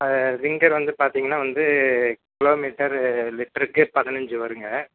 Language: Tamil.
விங்கர் வந்து பார்த்தீங்கன்னா வந்து கிலோ மீட்டர் லிட்டருக்கு பதினஞ்சு வருங்க